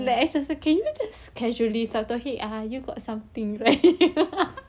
like can you just casually start talking ah you got something right